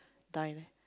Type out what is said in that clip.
die leh